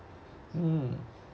mm